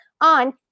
on